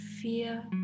fear